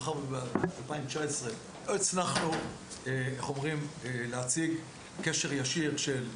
מאחר שב-2019 לא הצלחנו להציג קשר ישיר של: